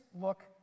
look